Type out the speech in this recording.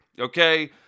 okay